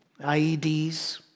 IEDs